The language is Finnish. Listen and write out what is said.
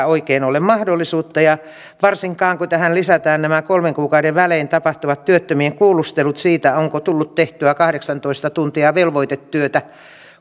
oikein ole mahdollisuutta varsinkaan kun tähän lisätään nämä kolmen kuukauden välein tapahtuvat työttömien kuulustelut siitä onko tullut tehtyä kahdeksantoista tuntia velvoitetyötä